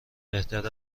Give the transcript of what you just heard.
بهتر